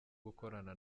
gukorana